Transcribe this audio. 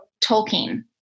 Tolkien